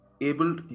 able